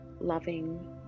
loving